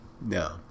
No